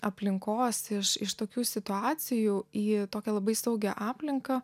aplinkos iš iš tokių situacijų į tokią labai saugią aplinką